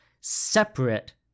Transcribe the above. separate